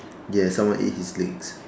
yes someone ate his legs